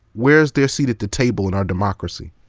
where's their seat at the table in our democracy?